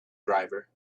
driver